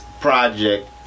project